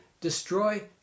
destroy